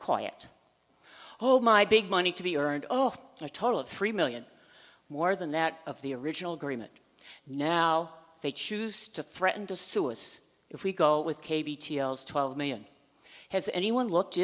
quiet all my big money to be earned oh a total of three million more than that of the original agreement now they choose to threaten to sue us if we go with twelve million has anyone looked